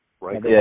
right